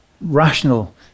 rational